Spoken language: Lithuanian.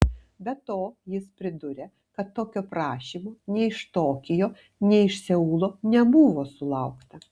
be to jis pridūrė kad tokio prašymo nei iš tokijo nei iš seulo nebuvo sulaukta